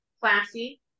classy